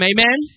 Amen